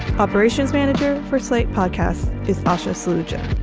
operations manager for slate podcast is usha suja